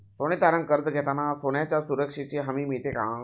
सोने तारण कर्ज घेताना सोन्याच्या सुरक्षेची हमी मिळते का?